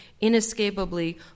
inescapably